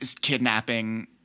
kidnapping